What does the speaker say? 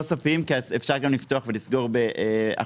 סופיים כי אפשר גם לפתוח ולסגור אחורה,